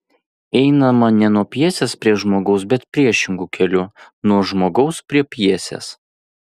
einama ne nuo pjesės prie žmogaus bet priešingu keliu nuo žmogaus prie pjesės